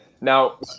Now